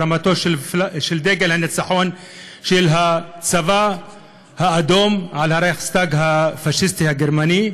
עם הרמתו של דגל הניצחון של הצבא האדום על הרייכסטאג הפשיסטי הגרמני,